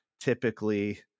typically